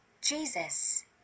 Jesus